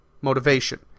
motivation